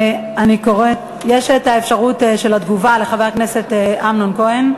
יש אפשרות תגובה לחבר הכנסת אמנון כהן,